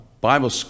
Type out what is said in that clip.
Bible